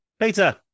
Peter